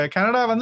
Canada